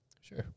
Sure